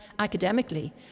Academically